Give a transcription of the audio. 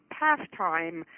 pastime